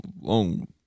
long